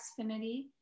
Xfinity